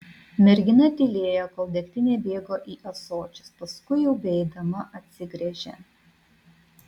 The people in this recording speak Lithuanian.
mergina tylėjo kol degtinė bėgo į ąsočius paskui jau beeidama atsigręžė